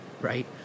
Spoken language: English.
right